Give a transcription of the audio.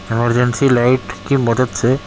emergency light کی مدد سے